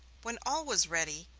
when all was ready,